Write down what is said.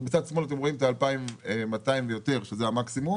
בצד שמאל אתם רואים 2,200 ויותר, שזה המקסימום.